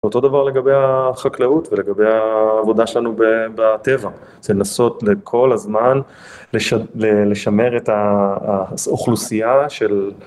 אותו דבר לגבי החקלאות ולגבי העבודה שלנו בטבע זה לנסות לכל הזמן לשמר את האוכלוסייה של